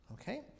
Okay